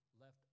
left